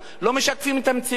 לא משקפים את המציאות,